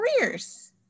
careers